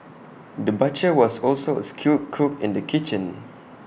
the butcher was also A skilled cook in the kitchen